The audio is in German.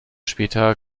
später